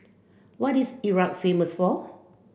what is Iraq famous for